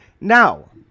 Now